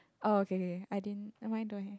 oh okay okay I didn't what am I doing